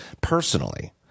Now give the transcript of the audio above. personally